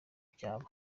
byaba